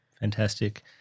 Fantastic